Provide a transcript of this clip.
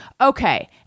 okay